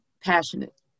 passionate